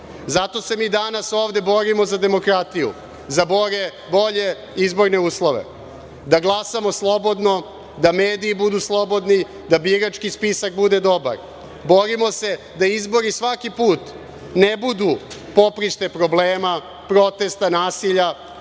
Zato se mi danas ovde borimo za demokratiju, za bolje izborne uslove, da glasamo slobodno, da mediji budu slobodni, da birački spisak bude dobar. Borimo se da izbori svaki put ne budu poprište problema, protesta, nasilja,